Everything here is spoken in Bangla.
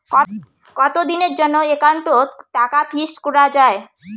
কতদিনের জন্যে একাউন্ট ওত টাকা ফিক্সড করা যায়?